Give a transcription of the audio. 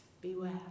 beware